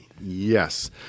yes